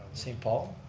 saint paul?